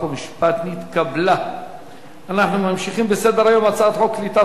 חוק ומשפט בדבר פיצול הצעת חוק בתי-דין